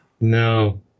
no